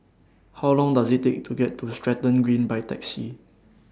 How Long Does IT Take to get to Stratton Green By Taxi